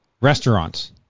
restaurants